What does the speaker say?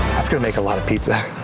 let's go make a lot of pizza.